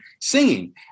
singing